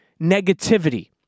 negativity